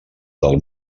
del